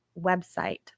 website